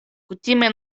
kutime